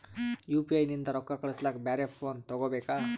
UPI ನಿಂದ ರೊಕ್ಕ ಕಳಸ್ಲಕ ಬ್ಯಾರೆ ಫೋನ ತೋಗೊಬೇಕ?